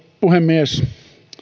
puhemies